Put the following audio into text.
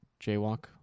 jaywalk